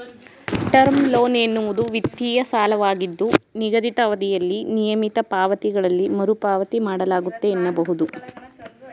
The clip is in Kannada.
ಟರ್ಮ್ ಲೋನ್ ಎನ್ನುವುದು ವಿತ್ತೀಯ ಸಾಲವಾಗಿದ್ದು ನಿಗದಿತ ಅವಧಿಯಲ್ಲಿ ನಿಯಮಿತ ಪಾವತಿಗಳಲ್ಲಿ ಮರುಪಾವತಿ ಮಾಡಲಾಗುತ್ತೆ ಎನ್ನಬಹುದು